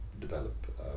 develop